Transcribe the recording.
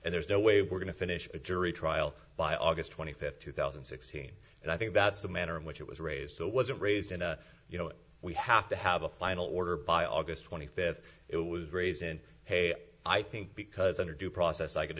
and there's no way we're going to finish a jury trial by august twenty fifth two thousand and sixteen and i think that's the manner in which it was raised it wasn't raised and you know we have to have a final order by august twenty fifth it was raised and hey i think because under due process i get